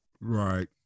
right